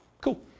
cool